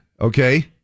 okay